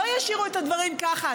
לא ישאירו את הדברים ככה.